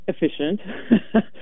efficient